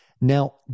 Now